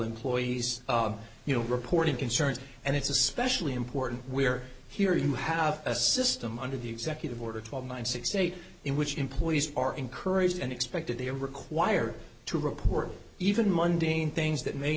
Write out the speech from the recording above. employees you know reporting concerns and it's especially important we're here you have a system under the executive order twelve nine six eight in which employees are encouraged and expected to require to report even mundine things that may